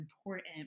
important